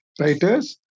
writers